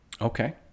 Okay